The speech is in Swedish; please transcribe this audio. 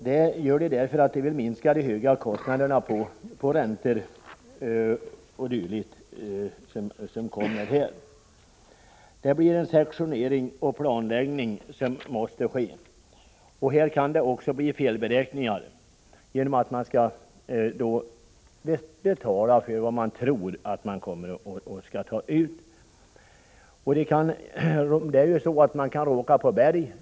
Detta gör så man för att minska de höga kostnaderna för räntor o. d. Sektionering och planläggning måste ske. Här kan det också bli felberäkningar, eftersom man skall betala för vad man tror att man kommer att ta ut.